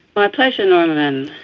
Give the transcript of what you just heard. my pleasure norman.